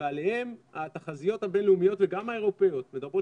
ועליהם התחזיות הבינלאומיות וגם האירופאיות מדברות